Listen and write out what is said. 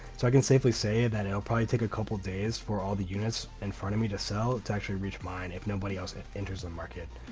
so i can safely say that it'll probably take a couple days for all the units in front of me to sell to actually reach mine if nobody else enters the and market,